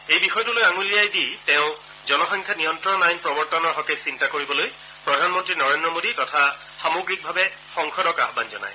এই বিষয়টো আঙুলিয়াই দি তেওঁ জনসংখ্যা নিয়ন্ত্ৰণ আইন প্ৰৱৰ্তনৰ হকে চিন্তা কৰিবলৈ প্ৰধানমন্ত্ৰী নৰেন্দ্ৰ মোদী তথা সামগ্ৰিকভাৱে সংসদক আহান জনায়